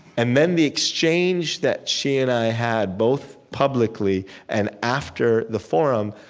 and then the exchange that she and i had both publicly and after the forum,